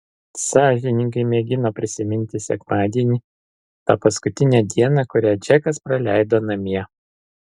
sąžiningai mėgino prisiminti sekmadienį tą paskutinę dieną kurią džekas praleido namie